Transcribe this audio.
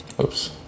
oops